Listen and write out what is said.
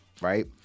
right